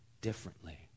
differently